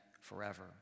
forever